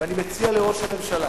ואני מציע לראש הממשלה